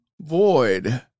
void